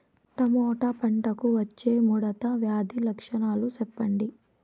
Tomato పంటకు వచ్చే ముడత వ్యాధి లక్షణాలు చెప్పండి?